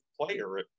player